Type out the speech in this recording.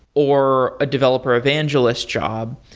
or a developer evangelist job,